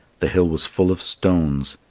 the hill was full of stones.